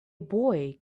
boy